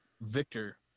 Victor